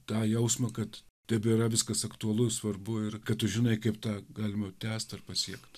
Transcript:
tą jausmą kad tebėra viskas aktualu svarbu ir kad tu žinai kaip tą galima tęst ar pasiekt